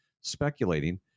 speculating